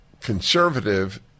conservative